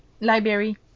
Library